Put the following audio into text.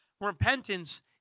Repentance